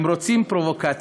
הם רוצים פרובוקציה.